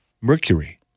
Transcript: mercury